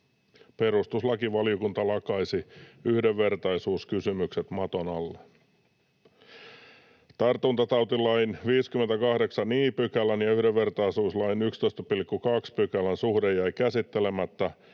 perustuslakivaliokunta lakaisi yhdenvertaisuuskysymykset maton alle. Tartuntatautilain 58 i §:n ja yhdenvertaisuuslain 11.2 §:n suhde jäi käsittelemättä,